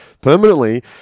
permanently